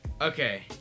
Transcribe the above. Okay